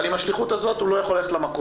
אבל עם השליחות הזאת הוא לא יכול ללכת למכולת.